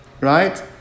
right